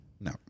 No